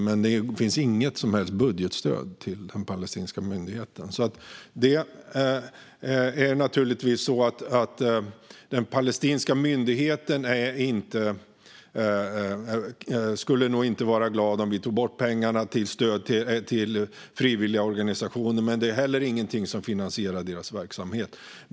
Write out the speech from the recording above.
Men det finns inget som helst budgetstöd till den palestinska myndigheten. Den palestinska myndigheten skulle nog inte glädjas om vi tog bort pengastödet till frivilligorganisationer, men det är ingenting som finansierar deras verksamhet.